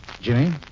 Jimmy